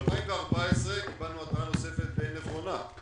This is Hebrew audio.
ב-2014 קיבלנו התרעה נוספת די נכונה,